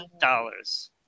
dollars